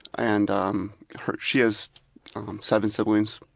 and um she has seven siblings,